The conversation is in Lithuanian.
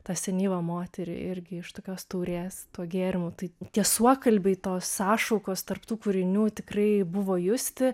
tą senyvą moterį irgi iš tokios taurės to gėrimo tai tie suokalbiai tos sąšaukos tarp tų kūrinių tikrai buvo justi